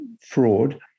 fraud